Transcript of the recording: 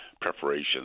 preparation